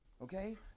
Okay